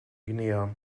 guinea